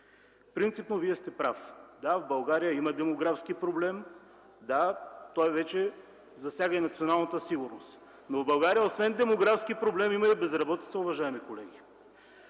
Принципно Вие сте прав – да, в България има демографски проблем, да, той вече засяга и националната сигурност. Но в България освен демографски проблем има и безработица, уважаеми колеги.